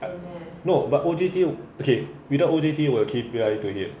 I no but O_D_T okay without O_D_T 我有 K_P_I to hit